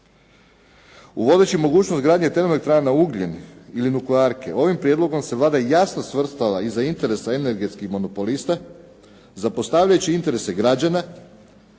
Uvodeći mogućnost gradnje termoelektrana na ugljen ili nuklearke ovim prijedlogom se Vlada jasno svrstala iza interesa energetskih monopolista zapostavljajući interese građana